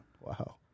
Wow